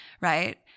right